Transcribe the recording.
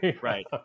right